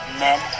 men